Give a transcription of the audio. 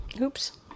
oops